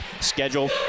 schedule